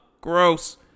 gross